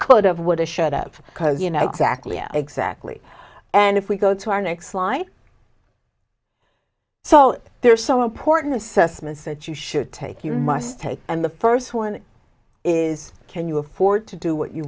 could have would have shut up because you know exactly exactly and if we go to our next line so there are some important assessments that you should take you must take and the first one is can you afford to do what you